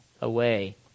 away